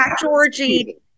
Georgie